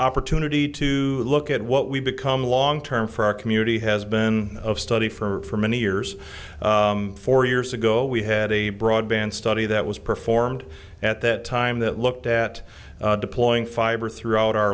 opportunity to look at what we've become long term for our community has been a study for many years four years ago we had a broadband study that was performed at that time that looked at deploying fiber throughout our